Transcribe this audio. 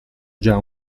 già